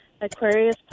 Aquarius